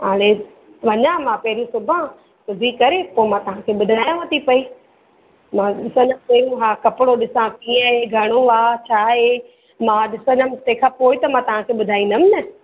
हाणे वञा मां पहिरियूं सुभा सुभी करे पोइ मां तव्हांखे ॿुधायांव थी पेई मां ॾिसंदमि पहिरियूं हा कपिड़ो ॾिसां कीअं आहे घणो आहे छा आहे मां ॾिसंदमि तंहिं खां पोइ ई त मां तव्हांखे ॿुधाईंदमि न